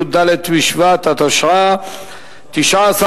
י"ד בשבט התשע"א,